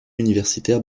universitaires